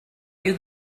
you